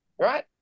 right